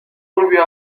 volvió